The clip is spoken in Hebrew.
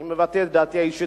אני מבטא את דעתי האישית,